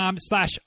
slash